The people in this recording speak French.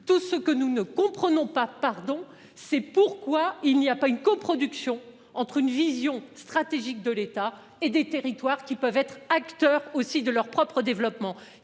tout ce que nous ne comprenons pas pardon. C'est pourquoi il n'y a pas une coproduction entre une vision stratégique de l'État et des territoires qui peuvent être acteur aussi de leur propre développement.